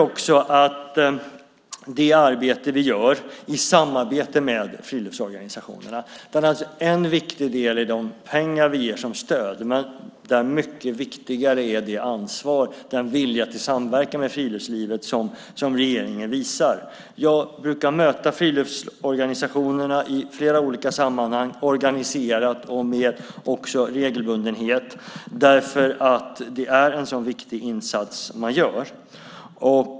I det arbete vi gör i samarbete med friluftsorganisationerna är en viktig del naturligtvis de pengar vi ger som stöd. Men mycket viktigare är det ansvar och den vilja till samverkan med friluftslivet som regeringen visar. Jag brukar möta friluftsorganisationerna i flera olika sammanhang - organiserat och med regelbundenhet - därför att det är en så viktig insats de gör.